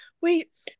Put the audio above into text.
wait